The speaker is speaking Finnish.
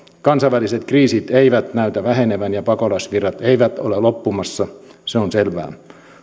kansainväliset kriisit eivät näytä vähenevän ja pakolaisvirrat eivät ole loppumassa se on selvää